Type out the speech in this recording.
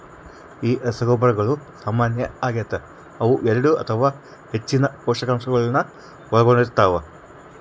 ಈ ರಸಗೊಬ್ಬರಗಳು ಸಾಮಾನ್ಯ ಆಗತೆ ಅವು ಎರಡು ಅಥವಾ ಹೆಚ್ಚಿನ ಪೋಷಕಾಂಶಗುಳ್ನ ಒಳಗೊಂಡಿರ್ತವ